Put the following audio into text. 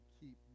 keep